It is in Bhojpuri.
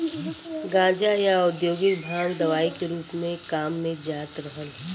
गांजा, या औद्योगिक भांग दवाई के रूप में काम में जात रहल